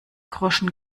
groschen